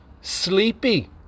Sleepy